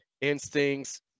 instincts